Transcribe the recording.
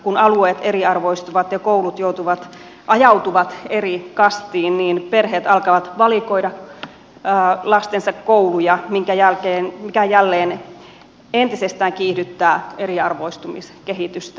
kun alueet eriarvoistuvat ja koulut ajautuvat eri kastiin niin perheet alkavat valikoida lastensa kouluja mikä jälleen entisestään kiihdyttää eriarvoistumiskehitystä